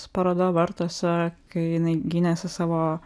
paroda vartuose kai jinai gynėsi savo